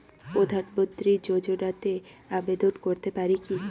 প্রধানমন্ত্রী যোজনাতে আবেদন করতে পারি কি?